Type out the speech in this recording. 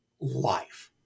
life